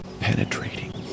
penetrating